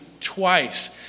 twice